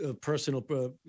personal